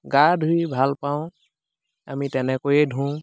গা ধুই ভাল পাওঁ আমি তেনেকৈয়ে ধোওঁ